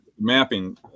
mapping